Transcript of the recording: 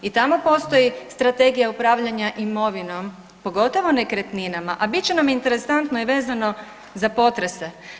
I tamo postoji Strategija upravljanja imovinom pogotovo nekretninama, a bit će nam interesantno vezano za potrese.